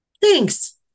Thanks